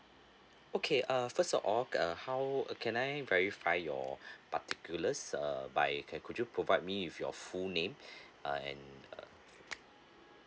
okay uh first of all uh how can I verify your particulars err by can could you provide me with your full name uh and uh